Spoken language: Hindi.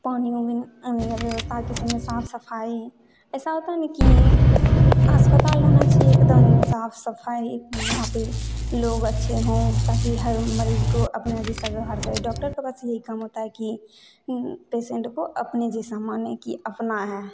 पानी वानी अन्य अव्यवस्था किसी में साफ सफाई ऐसा होता है ना कि अस्पताल होना चाहिए एकदम साफ सफाई वहाँ पे लोग अच्छे हों ताकि हर मरीज को अपने जैसा व्यवहार करें डॉक्टर को बस यही काम होता है कि पेशेंट को अपने जैसा माने कि अपना है